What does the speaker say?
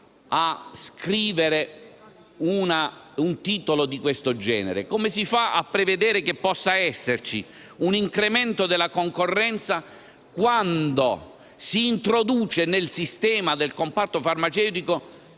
a scrivere un titolo di questo genere? Come si fa a prevedere che possa esservi un incremento della concorrenza, quando si introduce nel sistema del comparto farmaceutico